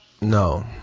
no